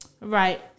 Right